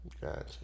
Gotcha